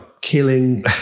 killing